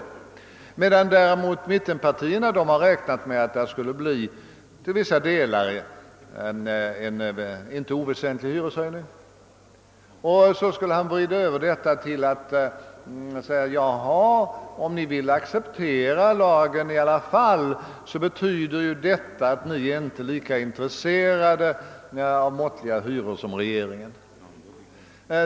Mittenpartierna däremot, hävdade statsministern, har räknat med att det inom vissa delar av fastighetsbeståndet skulle bli inte oväsent liga hyreshöjningar. Och så ville statsministern vrida över detta till påståendet, att om mittenpartierna i alla fall accepterar lagen, så betyder detta att de inte är lika intresserade av måttliga hyror som regeringen.